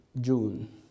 June